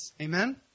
Amen